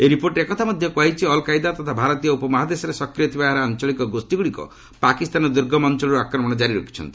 ଏହି ରିପୋର୍ଟରେ ଏକଥା ମଧ୍ୟ କୁହାଯାଇଛି ଅଲ୍ କାଏଦା ତଥା ଭାରତୀୟ ଉପମହାଦେଶରେ ସକ୍ରିୟ ଥିବା ଏହାର ଆଞ୍ଚଳିକ ଗୋଷ୍ଠୀଗୁଡ଼ିକ ପାକିସ୍ତାନର ଦୁର୍ଗମ ଅଞ୍ଚଳରୁ ଆକ୍ରମଣ ଜାରି ରଖିଛନ୍ତି